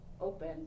open